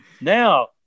now –